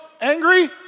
angry